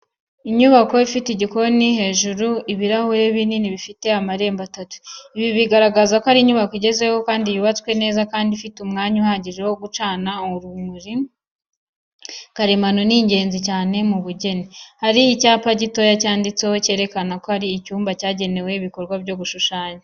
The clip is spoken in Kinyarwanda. Inyubako ifite igikoni hejuru ibirahure binini bifite amarembo atatu. Ibi bigaragaza ko ari inyubako igezweho, yubatswe neza kandi ifite umwanya uhagije wo gucana urumuri karemano ni ingenzi cyane mu bugeni. Hari icyapa gitoya cyanditseho cyerekana ko ari icyumba cyagenewe ibikorwa byo gushushanya.